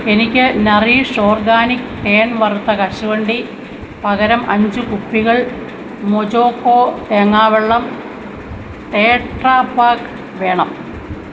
എനിക്ക് Nourish organic തേൻ വറുത്ത കശുവണ്ടി പകരം അഞ്ച് കുപ്പികൾ മോജോകോ തേങ്ങാവെള്ളം ടെട്രാപാക്ക് വേണം